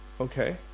Okay